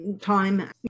time